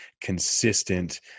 consistent